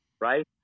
right